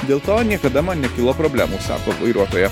dėl to niekada man nekilo problemų sako vairuotoja